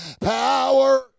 power